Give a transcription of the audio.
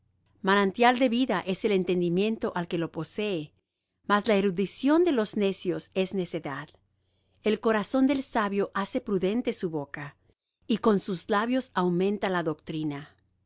manantial de vida es el entendimiento al que lo posee mas la erudición de los necios es necedad el corazón del sabio hace prudente su boca y con sus labios aumenta la doctrina